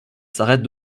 s’arrête